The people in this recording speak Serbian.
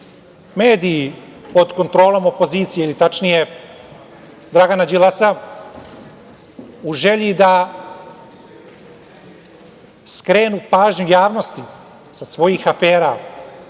mediji pod kontrolom opozicije ili tačnije Dragana Đilasa, u želji da skrenu pažnju javnosti sa svojih afera,